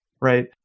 right